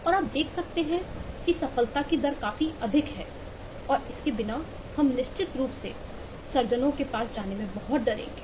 और आप देख सकते हैं कि सफलता की दर काफी अधिक है और इसके बिना हम निश्चित रूप से सर्जनों के पास जाने में बहुत डरेंगे